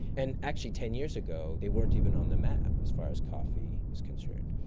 and actually ten years ago they weren't even on the map as far as coffee is concerned.